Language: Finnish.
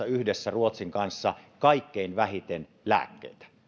yhdessä ruotsin kanssa eläimille käytetään kaikkein vähiten lääkkeitä maailmassa